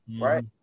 right